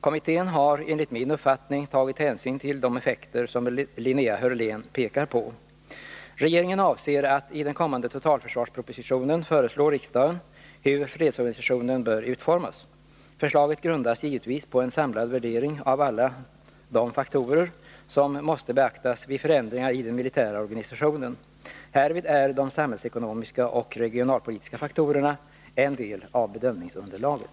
Kommittén har enligt min uppfattning tagit hänsyn till de effekter som Linnea Hörlén pekar på. Regeringen avser att i den kommande totalförsvarspropositionen föreslå riksdagen hur fredsorganisationen bör utformas. Förslaget grundas givetvis på en samlad värdering av alla de faktorer som måste beaktas vid förändringar i den militära organisationen. Härvid är de samhällsekonomiska och regionalpolitiska faktorerna en del av bedömningsunderlaget.